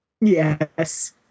Yes